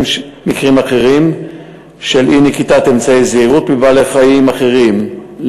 אחרים של אי-נקיטת אמצעי זהירות לגבי בעלי-חיים אחרים,